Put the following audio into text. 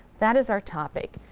that is our topic,